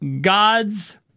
God's